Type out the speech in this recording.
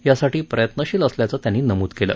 यासाठी प्रयत्नशील असल्याचं त्यांनी नमूद केलं